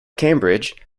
cambridge